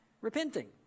repenting